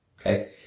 okay